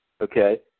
Okay